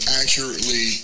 accurately